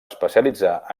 especialitzar